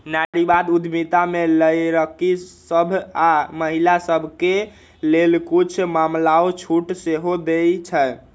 नारीवाद उद्यमिता में लइरकि सभ आऽ महिला सभके लेल कुछ मामलामें छूट सेहो देँइ छै